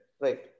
right